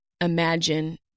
imagine